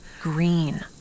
Green